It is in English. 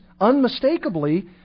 unmistakably